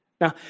Now